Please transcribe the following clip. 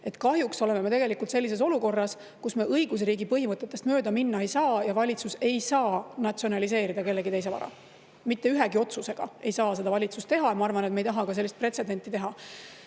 Kahjuks oleme me tegelikult sellises olukorras, kus me õigusriigi põhimõtetest mööda minna ei saa, ja valitsus ei saa natsionaliseerida kellegi teise vara. Mitte ühegi otsusega ei saa valitsus seda teha ja ma arvan, et me ei taha ka sellist pretsedenti [luua].